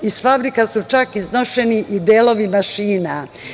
Iz fabrika su čak iznošeni i delovi mašina.